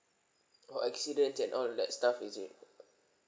oh accidents and all that stuff is it